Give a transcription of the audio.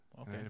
Okay